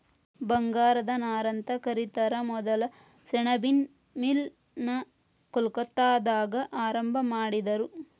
ಬಂಗಾರದ ನಾರಂತ ಕರಿತಾರ ಮೊದಲ ಸೆಣಬಿನ್ ಮಿಲ್ ನ ಕೊಲ್ಕತ್ತಾದಾಗ ಆರಂಭಾ ಮಾಡಿದರು